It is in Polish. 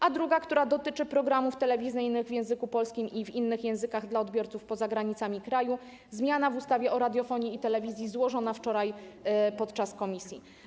A druga dotyczy programów telewizyjnych w języku polskim i w innych językach dla odbiorców poza granicami kraju - zmiana w ustawie o radiofonii i telewizji złożona wczoraj podczas posiedzenia Komisji.